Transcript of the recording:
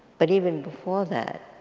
but even before that